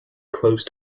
close